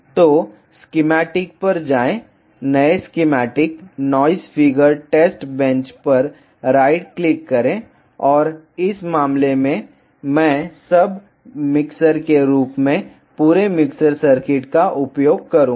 तो स्कीमैटिक पर जाएं नए schematic noise figure test bench पर राइट क्लिक करें और इस मामले में मैं सब मिक्सर के रूप में पूरे मिक्सर सर्किट का उपयोग करूंगा